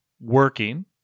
working